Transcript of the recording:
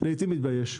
לעתים מתבייש.